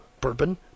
bourbon